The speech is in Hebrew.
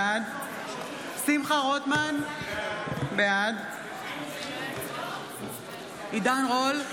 בעד שמחה רוטמן, בעד עידן רול,